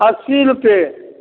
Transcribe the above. अस्सी रुपैये